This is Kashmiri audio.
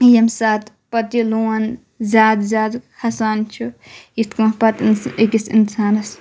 ییٚمہِ ساتہٕ پَتہٕ یہِ لون زیادٕ زیادٕ کھَسان چھُ یِتھ کٔنۍ پَتہٕ اِنس أکِس اِنسانَس